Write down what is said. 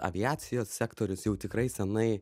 aviacijos sektorius jau tikrai senai